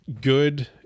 good